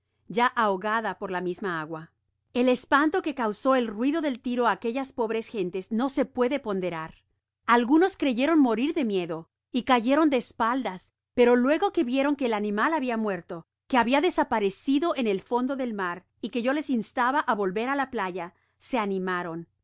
ya ahogada por la misma agua content from google book search generated at el espanto que causó el ruido del tiro á aquellas pobres gentes no se puede ponderar algunos creyeron morir de miedo y cayeron de espaldas pero luego que vieron que el animal habia muerto quehabia desaparecido en el fondo del mar y que yo les instaba á volver á la playa se